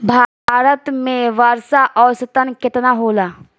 भारत में वर्षा औसतन केतना होला?